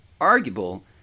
arguable